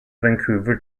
vancouver